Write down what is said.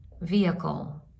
vehicle